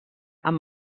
amb